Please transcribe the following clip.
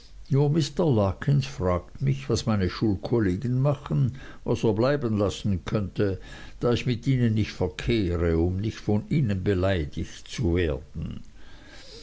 fragt mich was meine schulkollegen machen was er bleiben lassen könnte da ich mit ihnen nicht verkehre um von ihnen nicht beleidigt zu werden